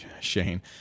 Shane